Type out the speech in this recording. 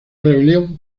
rebelión